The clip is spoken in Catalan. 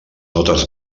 notes